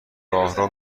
راهرو